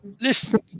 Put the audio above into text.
Listen